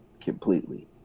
completely